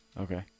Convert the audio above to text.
okay